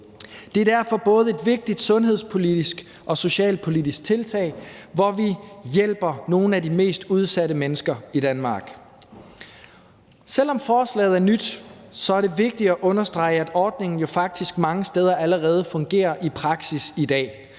Det er derfor både et vigtigt sundhedspolitisk og socialpolitisk tiltag, hvor vi hjælper nogle af de mest udsatte mennesker i Danmark. Selv om forslaget er nyt, er det vigtigt at understrege, at ordningen jo faktisk mange steder allerede fungerer i praksis i dag